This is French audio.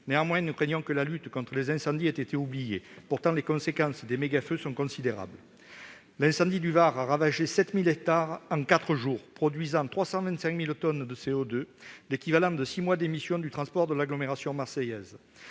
craignons néanmoins que la lutte contre les incendies n'ait été oubliée. Pourtant, les conséquences des méga-feux sont considérables. L'incendie du Var a ravagé 7 000 hectares en quatre jours, produisant 325 000 tonnes de CO2, l'équivalent de six mois d'émissions dans les transports de l'agglomération marseillaise.